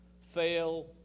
Fail